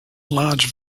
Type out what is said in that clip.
large